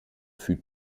fut